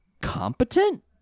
competent